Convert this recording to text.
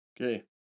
Okay